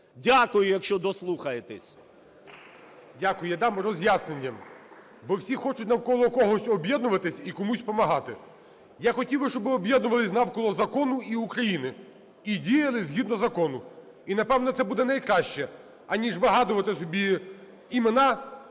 Дякую, якщо дослухаєтесь. ГОЛОВУЮЧИЙ. Дякую. Я дам роз'яснення, бо всі хочуть навколо когось об'єднуватись і комусь помагати. Я хотів би, щоб ви об'єднувались навколо закону і України і діяли згідно закону. І, напевно, це буде найкраще, аніж вигадувати собі імена